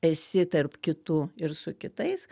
esi tarp kitų ir su kitais